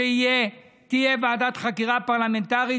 שתהיה ועדת חקירה פרלמנטרית.